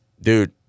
Dude